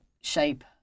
shape